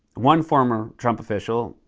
one former trump official,